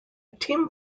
team